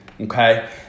okay